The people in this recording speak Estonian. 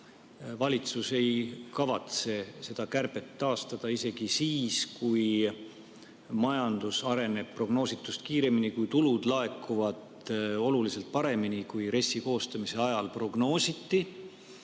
valitsus ei kavatse seda kärbet taastada isegi siis, kui majandus areneb prognoositust kiiremini, kui tulud laekuvad oluliselt paremini, kui RES-i koostamise ajal prognoositi.